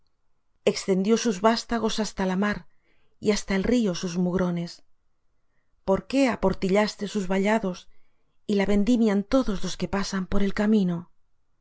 extendió sus vástagos hasta la mar y hasta el río sus mugrones por qué aportillaste sus vallados y la vendimian todos los que pasan por el camino